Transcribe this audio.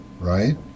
right